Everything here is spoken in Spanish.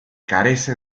carece